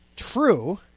true